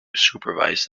supervise